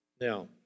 Now